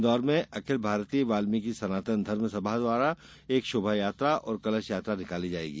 इन्दौर में अखिल भारतीय वाल्मीकि सनातन धर्म सभा द्वारा शोभायात्रा और कलश यात्रा निकाली जायेगी